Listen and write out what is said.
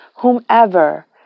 Whomever